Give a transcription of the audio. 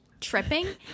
tripping